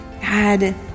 God